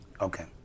Okay